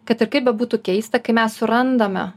kad ir kaip bebūtų keista kai mes surandame